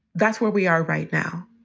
that's where we are right now.